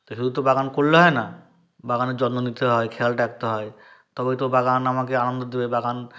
তাই শুধু তো বাগান করলে হয় না বাগানের যত্ন নিতে হয় খেয়াল রাখতে হয় তবেই তো বাগান আমাকে আনন্দ দেবে বাগান